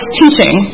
teaching